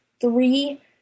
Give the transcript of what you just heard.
three